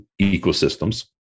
ecosystems